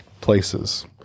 places